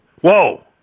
Whoa